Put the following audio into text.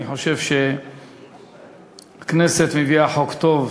אני חושב שהכנסת מביאה חוק טוב.